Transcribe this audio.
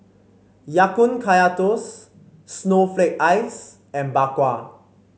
Ya Kun Kaya Toast Snowflake Ice and Bak Kwa